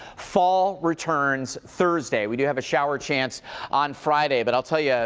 fall returns thursday. we do have a shower chance on friday. but i'll tell yeah